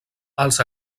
els